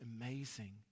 amazing